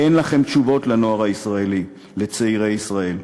אין לכם תשובות לנוער הישראלי, לצעירי ישראל,